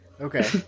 Okay